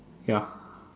ya